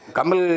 Kamal